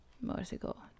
motorcycle